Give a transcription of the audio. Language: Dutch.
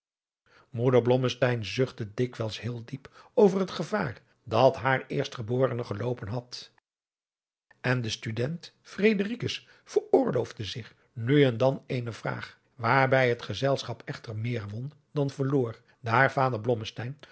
zuchtte dikwijls heel diep over het gevaar dat haar eerstgeborene geloopen had en de student fredericus veroorloofde zich nu en dan eene vraag waarbij het gezelschap echter meer won dan verloor daar vader